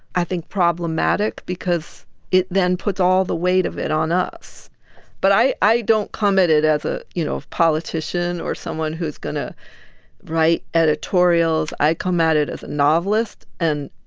i think, problematic because it then puts all the weight of it on us but i i don't come at it as a, you know, politician or someone who's going to write editorials. i come at it as a novelist. and,